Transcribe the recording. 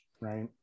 right